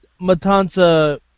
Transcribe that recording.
Matanza